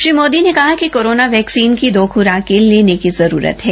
श्री मोदी ने कहा कि कोरोना वैक्सीन की दो खुराकें लेने की जरूरत है